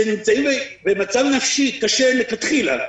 שנמצאים במצב נפשי קשה לכתחילה.